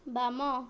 ବାମ